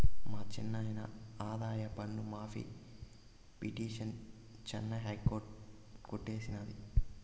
మా చిన్నాయిన ఆదాయపన్ను మాఫీ పిటిసన్ చెన్నై హైకోర్టు కొట్టేసినాది